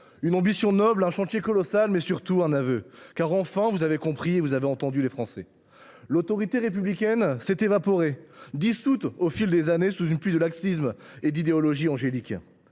d’une ambition noble et d’un chantier colossal, mais surtout d’un aveu, car, enfin, vous avez compris et vous avez entendu les Français, monsieur le garde des sceaux. L’autorité républicaine s’est évaporée, dissoute au fil des années sous une pluie de laxisme et d’idéologie angélique.